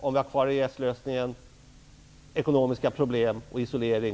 Om vi också säger upp EES-avtalet innebär det ekonomiska problem och isolering.